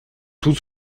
tous